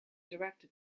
directed